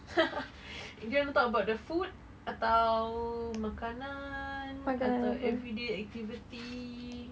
do you want to talk about the food atau makanan atau everyday activity